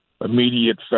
immediate